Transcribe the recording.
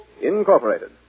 Incorporated